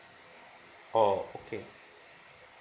oh okay